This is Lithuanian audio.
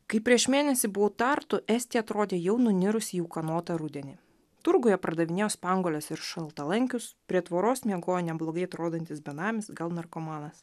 kai prieš mėnesį buvau tartu estija atrodė jau nunirusi į ūkanotą rudenį turguje pardavinėjo spanguoles ir šaltalankius prie tvoros miegojo neblogai atrodantis benamis gal narkomanas